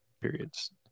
Periods